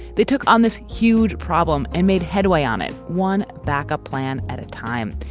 they took on this huge problem and made headway on it. one backup plan at a time.